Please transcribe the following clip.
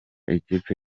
ikipe